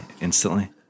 instantly